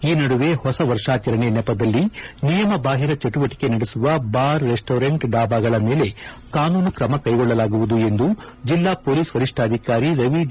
ಈ ನಡುವೆ ಹೊಸ ವರ್ಷಾಚರಣೆ ನೆಪದಲ್ಲಿ ನಿಯಮಬಾಹಿರ ಚಟುವಟಕೆ ನಡೆಸುವ ಬಾರ್ ರೆಸ್ಟೋರೆಂಟ್ ಡಾಬಾಗಳ ಮೇಲೆ ಕಾನೂನು ಕ್ರಮ ಕೈಗೊಳ್ಳಲಾಗುವುದು ಎಂದು ಜಿಲ್ಲಾ ಪೊಲೀಸ್ ವರಿಷ್ಠಾಕಾರಿ ರವಿ ಡಿ